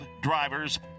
drivers